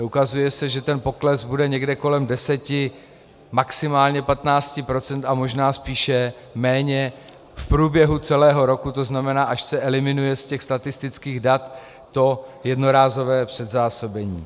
Ukazuje se, že ten pokles bude někde kolem 10, maximálně 15 procent, a možná spíše méně v průběhu celého roku, to znamená, až se eliminuje z těch statistických dat to jednorázové předzásobení.